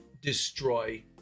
destroy